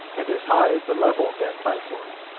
and, as high as the level of that platform,